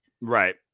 Right